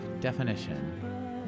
Definition